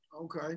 Okay